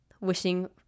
Wishing